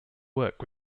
work